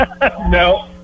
No